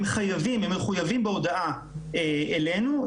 הם מחויבים בהודעה אלינו,